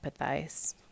empathize